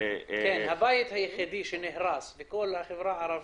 הבית היחידי שנהרס בכל החברה הערבית,